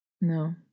No